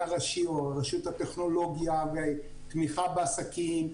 הראשי או של הרשות לטכנולוגיה ותמיכה בעסקים,